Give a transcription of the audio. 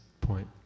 point